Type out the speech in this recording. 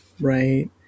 right